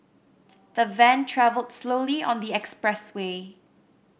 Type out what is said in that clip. the van travelled slowly on the expressway